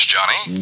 Johnny